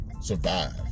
survive